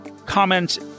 Comments